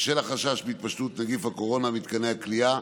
בשל החשש מהתפשטות נגיף הקורונה במתקני הכליאה